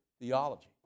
theology